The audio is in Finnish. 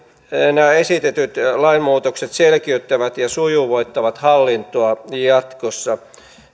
nämä esitetyt lainmuutokset selkiyttävät ja sujuvoittavat hallintoa jatkossa